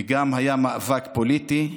וגם היה מאבק פוליטי.